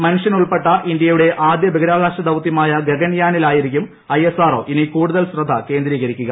മനുഷ്യനുൾപ്പെട്ട ഇന്ത്യയുടെ ആദ്യ ബാഹ്യബഹിരാകാശ ദൌത്യമായ ഗഗൻയാനിൽ ആയിരിക്കും ഐഎസ്ആർഒ ഇനി കൂടുതൽ ശ്രദ്ധ കേന്ദ്രീകരിക്കുക